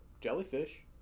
Jellyfish